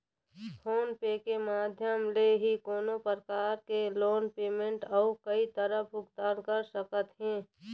phone पे के माधियम ले ही कोनो परकार के लोन पेमेंट अउ कई तरह भुगतान कर सकत हे